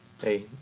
hey